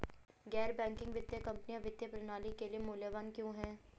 गैर बैंकिंग वित्तीय कंपनियाँ वित्तीय प्रणाली के लिए मूल्यवान क्यों हैं?